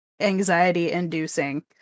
anxiety-inducing